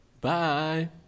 Bye